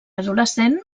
adolescent